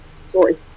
Sorry